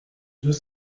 deux